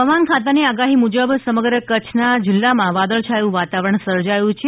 હવામાની ખાતાની આગાહી મુજબ સમગ્ર કચ્છના જિલ્લામાં વાદળછાયું વાતાવરણ સર્જાયું છે